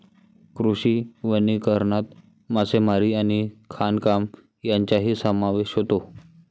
कृषी वनीकरणात मासेमारी आणि खाणकाम यांचाही समावेश होतो